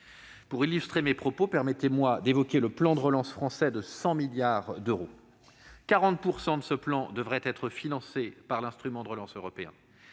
Pour illustrer mon propos, permettez-moi d'évoquer le plan de relance français, de 100 milliards d'euros, dont 40 % devraient être financés par l'instrument de relance européen,